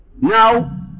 Now